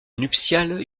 nuptiale